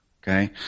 Okay